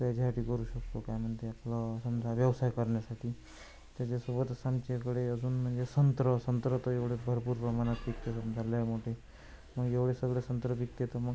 त्याच्यासाठी करू शकतो कारण त्याचं समजा व्यवसाय करण्यासाठी त्याच्यासोबतच आमच्याकडे अजून म्हणजे संत्र संत्र तर एवढं भरपूर प्रमाणात पिकते समजा लय मोठे मग एवढे सगळे संत्र पिकते तर मग